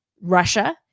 Russia